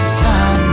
sun